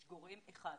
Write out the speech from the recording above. יש גורם אחד שמאחד,